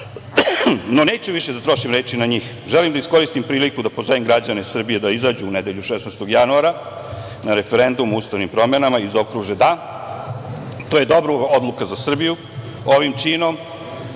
neću više da trošim na njih. Želim da iskoristim priliku da pozovem građane Srbije da izađu u nedelju 16. januara na referendum o ustavnim promenama i zaokruže da. To je dobra odluka za Srbiju. Ovim činom